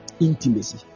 intimacy